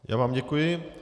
Já vám děkuji.